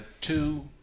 two